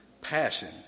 passion